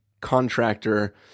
contractor